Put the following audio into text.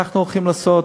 אנחנו הולכים לעשות,